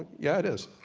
yeah it is.